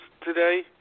today